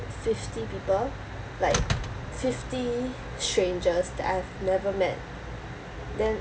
fifty people like fifty strangers that I've never met then